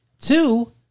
Two